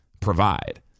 provide